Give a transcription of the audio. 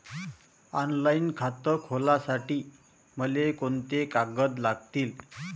Online खातं खोलासाठी मले कोंते कागद लागतील?